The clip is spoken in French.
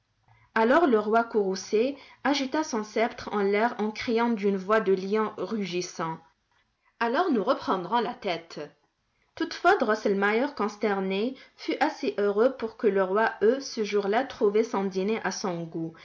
alors le roi courroucé agita son sceptre en l'air en criant d'une voix de lion rugissant alors nous reprendrons la tête toutefois drosselmeier consterné fut assez heureux pour que le roi eût ce jour-là trouvé son dîner à son goût